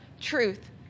truth